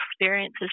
experiences